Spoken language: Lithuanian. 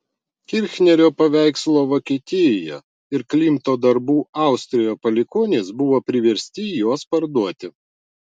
kirchnerio paveikslo vokietijoje ir klimto darbų austrijoje palikuonys buvo priversti juos parduoti